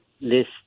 list